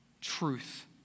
Truth